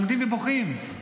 עומדים ובוכים.